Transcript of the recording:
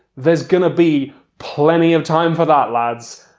there's gonna be plenty of time for that lads!